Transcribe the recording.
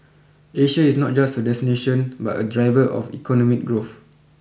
Asia is not just a destination but a driver of economic growth